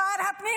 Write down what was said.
שר הפנים,